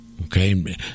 Okay